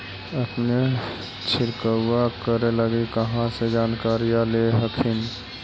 अपने छीरकाऔ करे लगी कहा से जानकारीया ले हखिन?